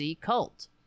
cult